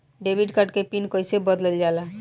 Debit card के pin कईसे बदलल जाला?